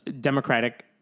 Democratic